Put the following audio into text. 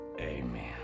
Amen